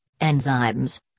enzymes